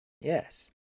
Yes